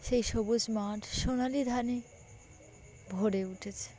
সেই সবুজ মাঠ সোনালি ধানে ভরে উঠেছে